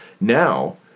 Now